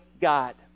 God